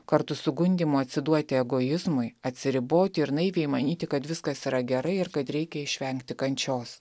kartu su gundymu atsiduoti egoizmui atsiriboti ir naiviai manyti kad viskas yra gerai ir kad reikia išvengti kančios